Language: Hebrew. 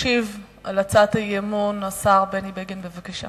ישיב על הצעת האי-אמון השר בני בגין, בבקשה.